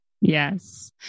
Yes